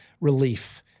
relief